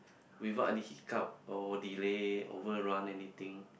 we won't either hit up or delay over run anything